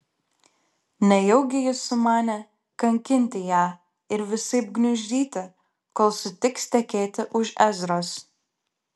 nejaugi jis sumanė kankinti ją ir visaip gniuždyti kol sutiks tekėti už ezros